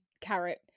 carrot